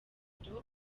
ariko